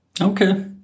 Okay